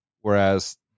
whereas